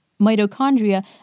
Mitochondria